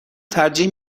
ترجیح